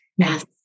Yes